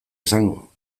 esango